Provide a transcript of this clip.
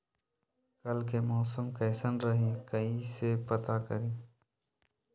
कल के मौसम कैसन रही कई से पता करी?